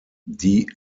die